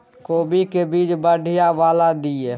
कोबी के बीज बढ़ीया वाला दिय?